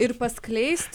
ir paskleist